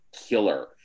killer